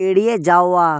এড়িয়ে যাওয়া